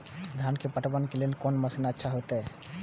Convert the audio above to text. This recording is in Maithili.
धान के पटवन के लेल कोन मशीन अच्छा होते?